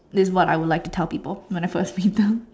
this is what I would like to tell people when I first meet them